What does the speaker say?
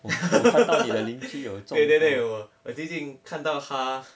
对对对我最近看到他